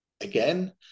again